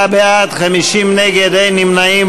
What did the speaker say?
44 בעד, 50 נגד, אין נמנעים.